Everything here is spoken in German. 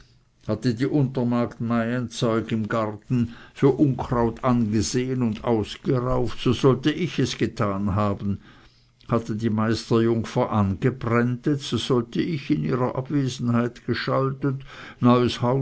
hatte die untermagd maienzeug im garten für unkraut angesehen und ausgerauft so sollte ich es getan haben hatte die meisterjungfer angebräntet so sollte ich in ihrer abwesenheit geschaltet